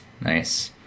nice